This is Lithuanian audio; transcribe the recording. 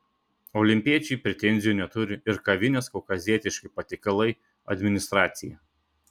olimpiečiui pretenzijų neturi ir kavinės kaukazietiški patiekalai administracija